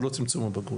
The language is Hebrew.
או לא צמצום הבגרויות.